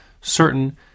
certain